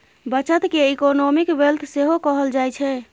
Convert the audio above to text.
बचत केँ economic wealth सेहो कहल जाइ छै